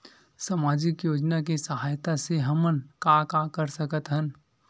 सामजिक योजना के सहायता से हमन का का कर सकत हन?